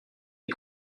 des